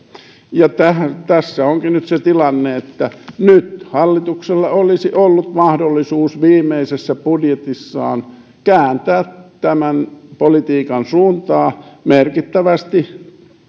ja tässä onkin nyt se tilanne että nyt hallituksella olisi ollut mahdollisuus viimeisessä budjetissaan kääntää tämän politiikan suuntaa merkittävästi